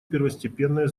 первостепенное